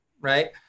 right